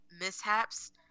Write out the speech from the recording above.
mishaps